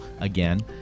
again